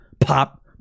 pop